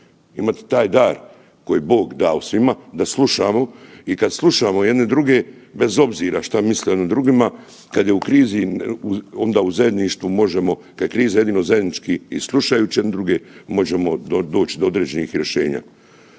imate taj dar koji je Bog dao svima, da slušamo i kad slušamo jedni druge, bez obzira šta mislili jedni o drugima kada je u krizi onda u zajedništvu možemo, kad je kriza jedino zajednički i slušajući jedni druge možemo doći do određenih rješenja.